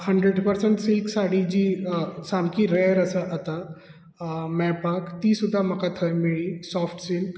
hundred percent silk sari जी सामकी rare आसा आता मेळपाक ती सुद्दां म्हाका थंय मेळी सोफ्ट सिल्क